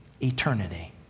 eternity